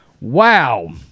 Wow